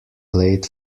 played